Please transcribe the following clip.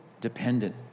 dependent